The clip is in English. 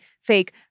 fake